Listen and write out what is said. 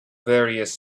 various